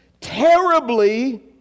terribly